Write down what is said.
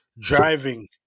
driving